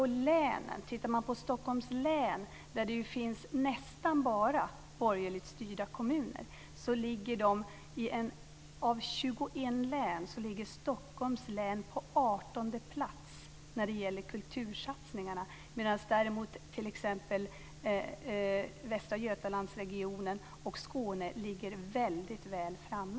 Tittar man på Stockholms län, där det nästan bara finns borgerligt styrda kommuner, ligger Stockholms län på 18 plats bland 21 län när det gäller kultursatsningarna. Däremot ligger Västra Götalands regionen och Skåne väldigt väl framme.